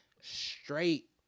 straight